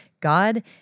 God